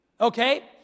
Okay